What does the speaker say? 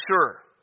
sure